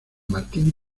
martín